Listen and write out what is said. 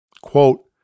Quote